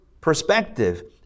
perspective